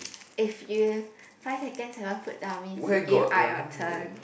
if you five seconds never put down means you give up your turn